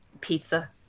pizza